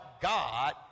God